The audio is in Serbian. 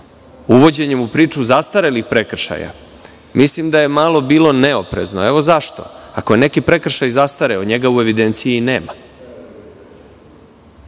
Uvođenje u priču zastarelih prekršaja, mislim da je malo bilo neoprezno, a evo i zašto. Ako je neki prekršaj zastareo, njega u evidenciji i nema.